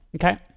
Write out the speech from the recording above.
Okay